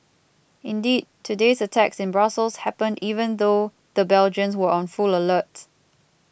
indeed today's attacks in Brussels happened even though the Belgians were on full alert